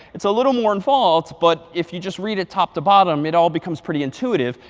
it's a little more involved, but if you just read it top to bottom, it all becomes pretty intuitive.